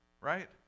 Right